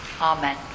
Amen